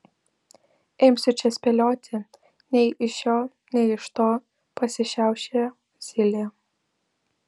imsiu čia spėlioti nei iš šio nei iš to pasišiaušė zylė